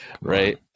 right